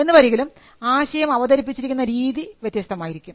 എന്നുവരികിലും ആശയം അവതരിപ്പിച്ചിരിക്കുന്ന രീതി വ്യത്യസ്തമായിരിക്കും